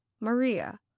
maria